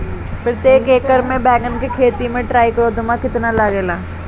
प्रतेक एकर मे बैगन के खेती मे ट्राईकोद्रमा कितना लागेला?